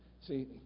see